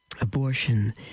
Abortion